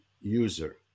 user